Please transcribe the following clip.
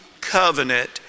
covenant